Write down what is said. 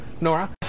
Nora